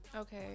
Okay